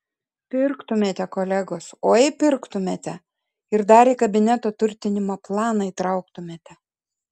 pirktumėte kolegos oi pirktumėte ir dar į kabineto turtinimo planą įtrauktumėte